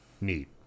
Neat